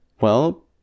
Well